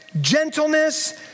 gentleness